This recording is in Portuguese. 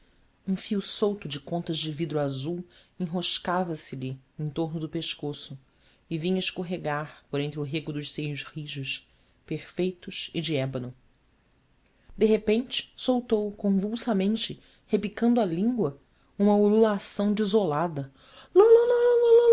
um fio solto de contas de vidro azul enroscava se lhe em torno do pescoço e vinha escorregar por entre o rego dos seios rijos perfeitos e de ébano de repente saltou convulsamente repicando a língua uma ululação desolada lu